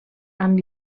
amb